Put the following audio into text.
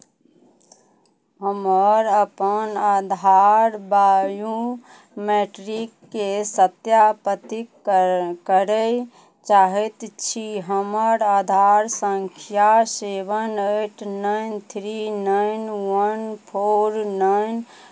हमर अपन आधार बायोमैट्रिककेँ सत्यापतिक कर करय चाहैत छी हमर आधार सङ्ख्या seven eight nine three nine one four nine